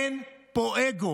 אין פה אגו.